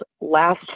last